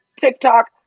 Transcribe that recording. TikTok